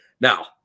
Now